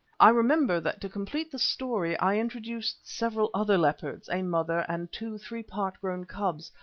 i remember that to complete the story i introduced several other leopards, a mother and two three-part-grown cubs,